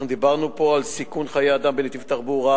אנחנו דיברנו פה על סיכון חיי אדם בנתיב תחבורה,